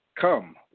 come